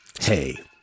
Hey